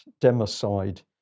democide